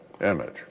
image